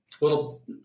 little